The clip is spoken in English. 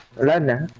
reading them